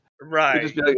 right